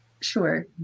sure